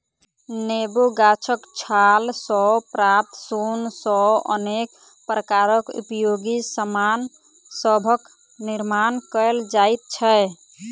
नेबो गाछक छाल सॅ प्राप्त सोन सॅ अनेक प्रकारक उपयोगी सामान सभक निर्मान कयल जाइत छै